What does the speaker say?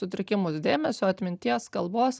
sutrikimus dėmesio atminties kalbos